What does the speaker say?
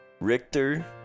Richter